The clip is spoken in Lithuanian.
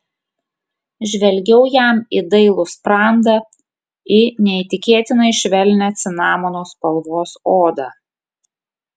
žvelgiau jam į dailų sprandą į neįtikėtinai švelnią cinamono spalvos odą